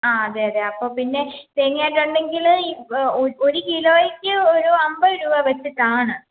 ആ അതെയതെ അപ്പപ്പിന്നെ തേങ്ങാച്ചണ്ടങ്കിൽ ഒരു കിലോയ്ക്ക് ഒരു അൻപത് രൂപ വെച്ചിട്ടാണ്